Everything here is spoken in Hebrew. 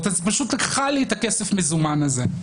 אז היא פשוט לקחה לי את הכסף המזומן הזה.